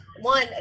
one